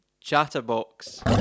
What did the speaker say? Chatterbox